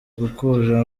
gukora